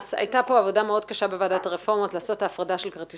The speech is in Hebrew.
הייתה בוועדת הרפורמות עבודה מאוד קשה כדי